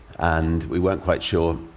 and we weren't quite sure,